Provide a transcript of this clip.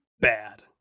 bad